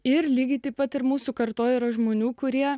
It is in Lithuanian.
ir lygiai taip pat ir mūsų kartoje yra žmonių kurie